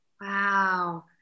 Wow